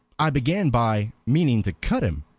i began by meaning to cut him,